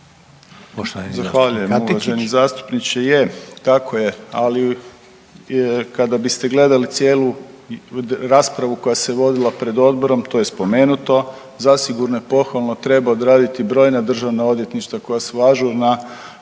Zahvaljujem. Uvaženi zastupniče, je tako je, ali kada biste gledali cijelu raspravu koja se vodila pred odborom to je spomenuto zasigurno je pohvalno treba odraditi brojna državna odvjetništva koja su ažurna,